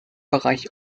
bereich